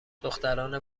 دختران